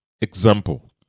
example